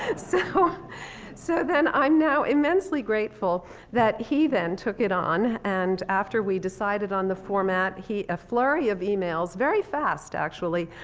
and so so then i'm now immensely grateful that he then took it on. and after we decided on the format, a flurry of emails, very fast actually,